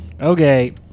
Okay